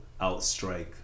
outstrike